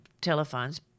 telephones